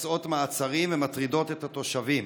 מבצעות מעצרים ומטרידות את התושבים.